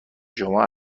شما